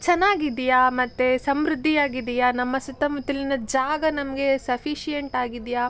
ಚೆನ್ನಾಗಿದ್ಯಾ ಮತ್ತು ಸಮೃದ್ಧಿಯಾಗಿದೆಯಾ ನಮ್ಮ ಸುತ್ತಮುತ್ತಲಿನ ಜಾಗ ನಮಗೆ ಸಫೀಶಿಯೆಂಟಾಗಿದೆಯಾ